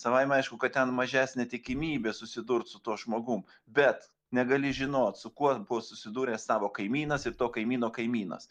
savaime aišku kad ten mažesnė tikimybė susidurt su tuo žmogum bet negali žinot su kuo buvo susidūręs savo kaimynas ir to kaimyno kaimynas